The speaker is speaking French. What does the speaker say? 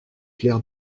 clair